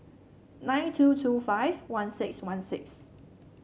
nine two two five one six one six